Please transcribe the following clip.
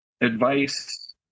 advice